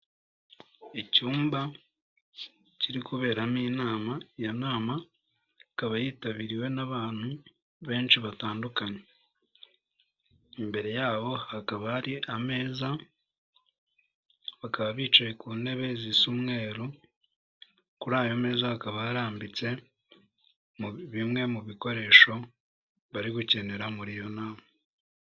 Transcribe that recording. Icyumba kiri kuberamo inama, iyo nama ikaba yitabiriwe n'abantu benshi batandukanye, imbere yabo hakaba hari ameza bakaba bicaye ku ntebe zisa umweru, kuri ayo meza hakaba yarambitse bimwe mu bikoresho bari gukenera muri iyo nama.